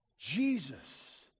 Jesus